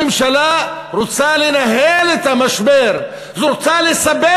הממשלה רוצה לנהל את המשבר ורוצה לסבך